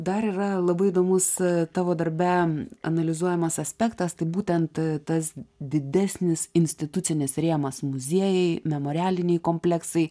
dar yra labai įdomus tavo darbe analizuojamas aspektas tai būtent tas didesnis institucinis rėmas muziejai memorialiniai kompleksai